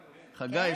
חגי, כן.